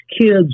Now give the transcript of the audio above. kids